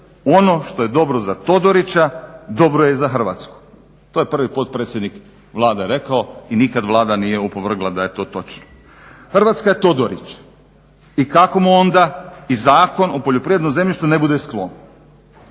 ono što je dobro za Todorića dobro je za Hrvatsku. to je prvi potpredsjednik Vlade rekao i nikad Vlada nije opovrgla da je to točno. Hrvatska je Todorić i kako mu onda i Zakon o poljoprivrednom zemljištu ne bude sklon,